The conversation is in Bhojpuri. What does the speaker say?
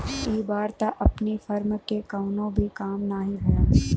इ बार त अपनी फर्म के कवनो भी काम नाही भयल